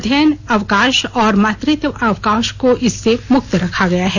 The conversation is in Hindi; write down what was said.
अध्ययन अवकाश और मातृत्व अवकाश को इससे मुक्त रखा गया है